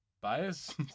Bias